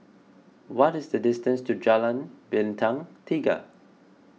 what is the distance to Jalan Bintang Tiga